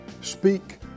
speak